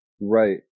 Right